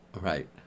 Right